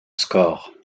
score